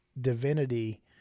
divinity